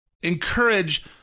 Encourage